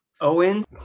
Owens